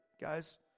guys